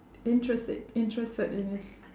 interested interested in his